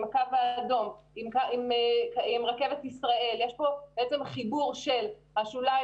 עם רכבת ישראל ויש כאן בעצם חיבור של השוליים